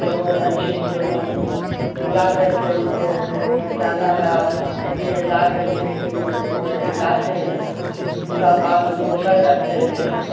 तो वो पक्षी दोनों लाकर के उनको डाला या कीड़े लाकर के कीड़े मकोड़े खिलाते हैं उनका पालन पोषण करते हैं